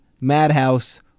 Madhouse